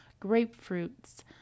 grapefruits